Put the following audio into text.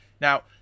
Now